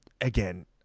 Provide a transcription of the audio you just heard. again